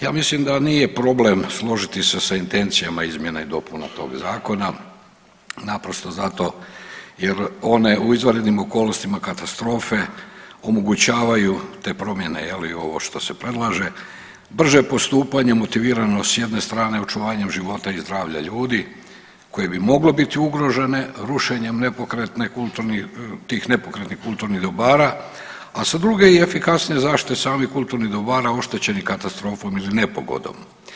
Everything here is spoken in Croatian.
Ja mislim da nije problem složiti se sa intencijama izmjena i dopuna tog zakona naprosto zato jer one u izvanrednim okolnostima katastrofe omogućavaju te promjene je li ovo što se predlaže, brže postupanje motivirano s jedne strane očuvanjem života i zdravlja ljudi koje bi moglo biti ugrožene rušenjem nepokretne kulturnih, tih nepokretnih kulturnih dobara, a sa druge i efikasnije zaštite samih kulturnih dobara oštećenih katastrofom ili nepogodom.